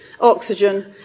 oxygen